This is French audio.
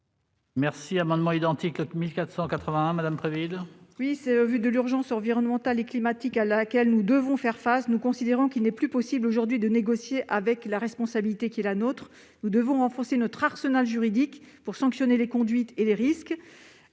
l'amendement n° 1481. Au vu de l'urgence environnementale et climatique à laquelle nous devons faire face, nous considérons qu'il n'est plus possible aujourd'hui de négocier avec la responsabilité qui est la nôtre. Nous devons renforcer notre arsenal juridique pour sanctionner les conduites à risque